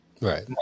right